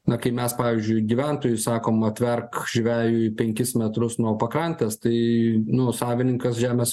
na kai mes pavyzdžiui gyventojui sakom atverk žvejui penkis metrus nuo pakrantės tai nu savininkas žemės